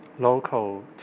local